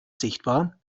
sichtbar